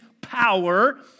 power